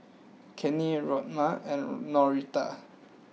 Cannie Rhona and Norita